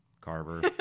Carver